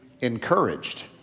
encouraged